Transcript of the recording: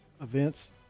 events